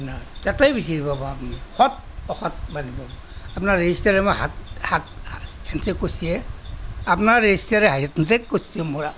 তাতেই বিচাৰি পাব আপুনি সৎ অসৎ মানুহ পাব আপোনাৰ ৰেজিষ্টাৰে হাত হাত হেণ্ডছেক কৰিছে আপোনাৰ ৰেজিষ্টাৰে হেণ্ডছেক কৰিছে মোৰ